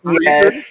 Yes